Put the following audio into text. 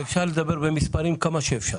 אפשר לדבר במספרים כמה שרוצים,